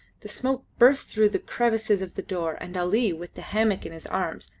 the smoke burst through the crevices of the door, and ali, with the hammock in his arms,